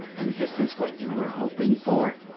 and this is what you were hoping for?